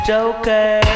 Joker